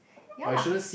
ya lah